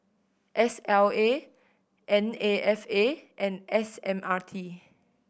S L A N A F A and S M R T